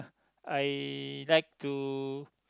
I like to